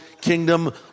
kingdom